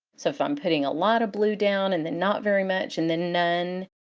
so if i'm putting a lot of blue down and then not very much, and then none,